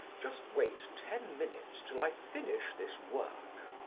just wait ten minutes till i finish this work.